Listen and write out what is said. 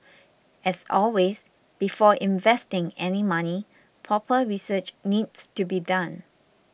as always before investing any money proper research needs to be done